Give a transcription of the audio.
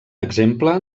exemple